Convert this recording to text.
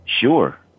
Sure